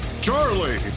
Charlie